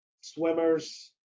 swimmers